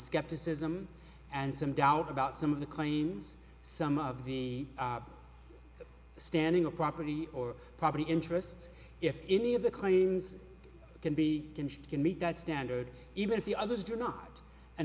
skepticism and some doubt about some of the claims some of the standing or property or property interests if any of the claims can be dinged can meet that standard even if the others do not an